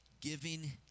giving